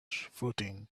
footing